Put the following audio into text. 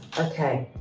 okay,